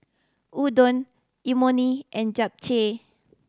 Udon Imoni and Japchae